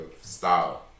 style